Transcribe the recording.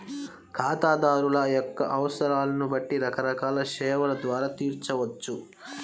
ఖాతాదారుల యొక్క అవసరాలను బట్టి రకరకాల సేవల ద్వారా తీర్చవచ్చు